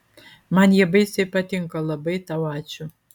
man jie baisiai patinka labai tau ačiū